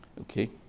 okay